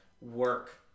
work